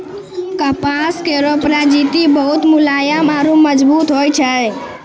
कपास केरो प्रजाति बहुत मुलायम आरु मजबूत होय छै